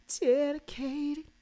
dedicated